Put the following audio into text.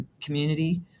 community